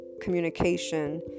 communication